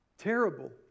terrible